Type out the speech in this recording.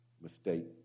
mistake